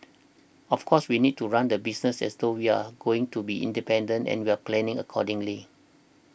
of course we need to run the business as though we're going to be independent and we're planning accordingly